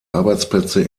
arbeitsplätze